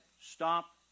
Stop